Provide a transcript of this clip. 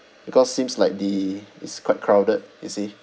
because seems like the it's quite crowded you see